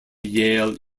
yale